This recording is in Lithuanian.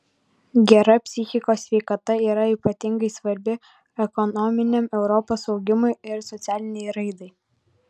gera psichikos sveikata yra ypatingai svarbi ekonominiam europos augimui ir socialinei raidai